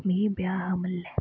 मिगी ब्याह् हा म्हल्लै